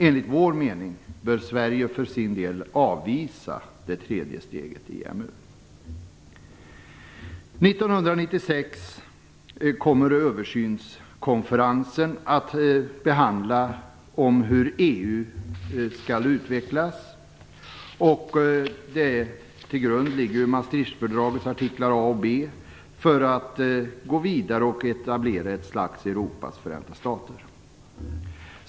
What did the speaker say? Enligt vår mening bör Sverige för sin del avvisa det tredje steget, EMU. 1996 kommer översynskonferensen att handla om hur EU skall utvecklas. Till grund ligger Maastrichfördragets artiklar A och B, och syftet är att gå vidare och etablera ett slags Europas förenta stater.